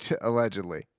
Allegedly